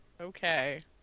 Okay